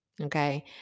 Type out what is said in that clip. okay